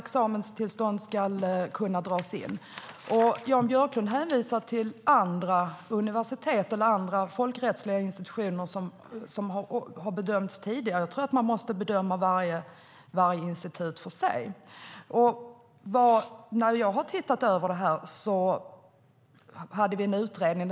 Examenstillstånd ska kunna dras in. Jan Björklund hänvisar till andra folkrättsliga institutioner som har bedömts tidigare. Jag tror att man måste bedöma varje institution för sig.